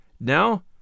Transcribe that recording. Now